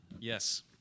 Yes